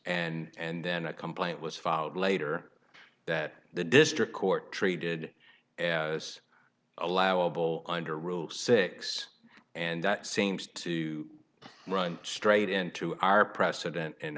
done and then a complaint was filed later that the district court treated as allowable under rule six and it seems to run straight into our precedent